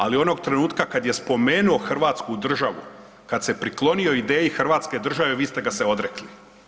Ali onog trenutka kad je spomenuo Hrvatsku državu, kad se priklonio ideji Hrvatske države vi ste ga se odrekli.